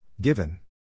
Given